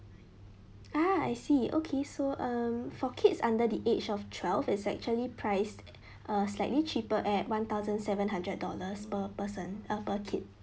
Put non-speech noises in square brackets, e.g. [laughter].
[noise] ah I see okay so um for kids under the age of twelve is actually priced uh slightly cheaper at one thousand seven hundred dollars per person uh per kid